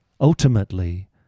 Ultimately